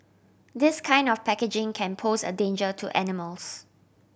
this kind of packaging can pose a danger to animals